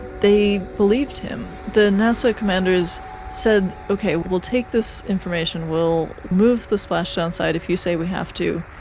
they believed him. the nasa commanders said, okay, we'll take this information, we'll move the splashdown site if you say we have to,